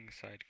Side